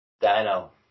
Dino